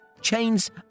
Chains